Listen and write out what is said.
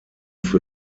für